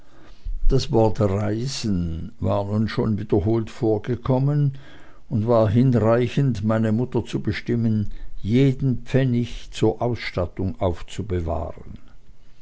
das wort reisen war nun schon wiederholt vorgekommen und war hinreichend meine mutter zu bestimmen jeden pfennig zur ausstattung aufzubewahren